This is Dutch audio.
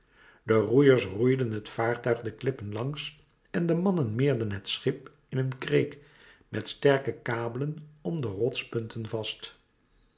de roeiers roeiden het vaartuig de klippen langs en de mannen meerden het schip in een kreek met sterke kabelen om de rotspunten vast